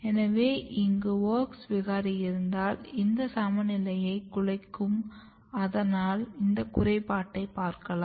எனவே இங்கு WOX விகாரி இருந்தால் இந்த சமநிலையைக் குலைக்கும் அதனால் இந்த குறைபாட்டை பார்க்கலாம்